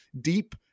deep